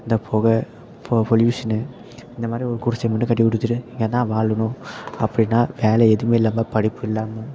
இந்த புக போ பொல்யூஷனு இந்த மாதிரி ஒரு குடிசைய மட்டும் கட்டிக் கொடுத்துட்டு இங்கே தான் வாழணும் அப்படின்னா வேலை எதுவுமே இல்லாமல் படிப்பு இல்லாமல்